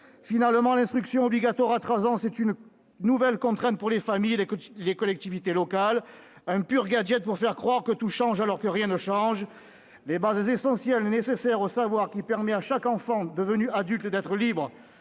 Finalement, l'instruction obligatoire à 3 ans représente une nouvelle contrainte pour les familles et les collectivités locales. C'est en réalité un pur gadget pour faire croire que tout change, alors que rien ne change. Les bases essentielles nécessaires au savoir, qui permet à chaque enfant devenu adulte d'être libre,